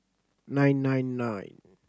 nine nine nine